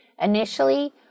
initially